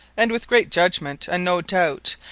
and with great iudgement and no doubt,